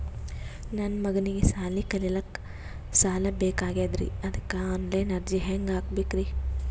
ನನ್ನ ಮಗನಿಗಿ ಸಾಲಿ ಕಲಿಲಕ್ಕ ಸಾಲ ಬೇಕಾಗ್ಯದ್ರಿ ಅದಕ್ಕ ಆನ್ ಲೈನ್ ಅರ್ಜಿ ಹೆಂಗ ಹಾಕಬೇಕ್ರಿ?